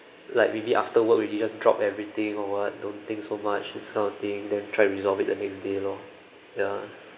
like maybe after work already just drop everything or what don't think so much this kind of thing then try to resolve it the next day lor ya